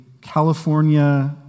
California